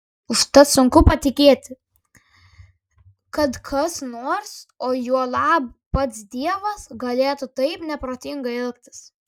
užtat sunku patikėti kad kas nors o juolab pats dievas galėtų taip neprotingai elgtis